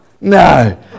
No